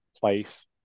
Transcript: place